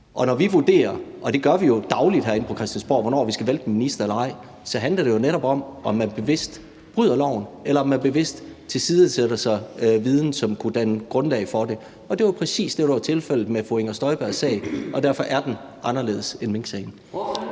Og når vi vurderer, og det gør vi jo dagligt herinde på Christiansborg, hvornår vi skal vælte en minister eller ej, så handler det jo netop om, om man bevidst bryder loven, eller om man bevidst tilsidesætter viden, som kunne danne grundlag for det. Og det var præcis det, der var tilfældet med fru Inger Støjbergs sag, og derfor er den anderledes end minksagen.